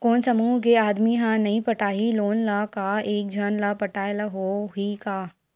कोन समूह के आदमी हा नई पटाही लोन ला का एक झन ला पटाय ला होही का?